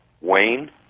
Wayne